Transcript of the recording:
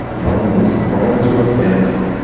tell them i was crawling through a fence,